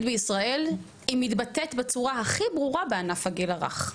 בישראל היא מתבטאת בצורה הכי ברורה בענף הגיל הרך,